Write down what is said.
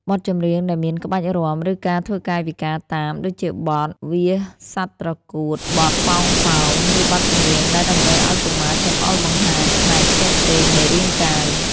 បទចម្រៀងដែលមានក្បាច់រាំ ឬការធ្វើកាយវិការតាម ដូចជាបទ វាសសត្វត្រកួត បទ ប៉ោងៗ ឬបទចម្រៀងដែលតម្រូវឱ្យកុមារចង្អុលបង្ហាញផ្នែកផ្សេងៗនៃរាងកាយ